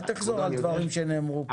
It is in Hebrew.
אל תחזור על דברים שנאמרו פה.